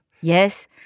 Yes